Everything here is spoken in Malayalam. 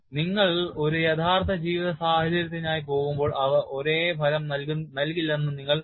നിങ്ങൾ ഒരു യഥാർത്ഥ ജീവിത സാഹചര്യത്തിനായി പോകുമ്പോൾ അവ ഒരേ ഫലം നൽകില്ലെന്ന് നിങ്ങൾ പ്രതീക്ഷിക്കണം